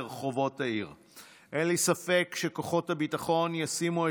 ירושלים האהובה שלנו,